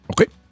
okay